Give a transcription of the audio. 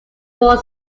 more